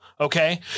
okay